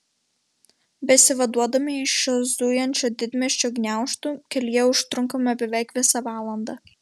besivaduodami iš šio zujančio didmiesčio gniaužtų kelyje užtrunkame beveik visą valandą